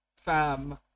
Fam